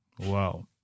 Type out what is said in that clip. Wow